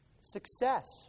Success